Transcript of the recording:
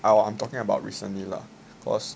oh I'm talking about recently lah cause